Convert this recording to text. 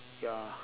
ya